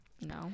no